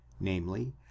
namely